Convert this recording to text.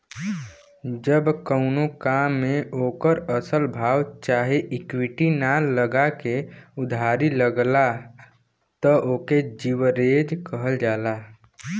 जब कउनो काम मे ओकर असल भाव चाहे इक्विटी ना लगा के उधारी लगला त ओके लीवरेज कहल जाला